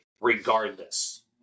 regardless